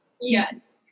Yes